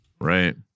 right